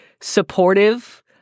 supportive